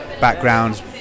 backgrounds